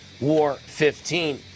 WAR15